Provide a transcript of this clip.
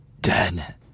dead